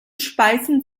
speisen